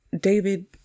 David